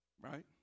right